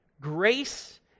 Grace